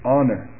Honor